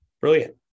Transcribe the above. Brilliant